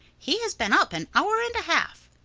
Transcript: he has been up an hour and a half.